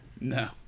No